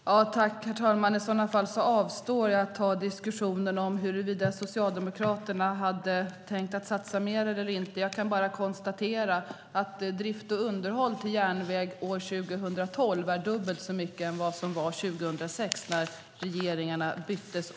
Herr talman! I så fall avstår jag från att ta diskussionen om huruvida Socialdemokraterna hade tänkt satsa mer eller mindre. Jag kan bara konstatera att anslagen till drift och underhåll av järnväg är dubbelt så mycket som det var 2006 vid regeringsskiftet.